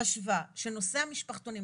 חשבה שנושא המשפחתונים,